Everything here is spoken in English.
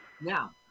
Now